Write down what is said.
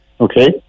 Okay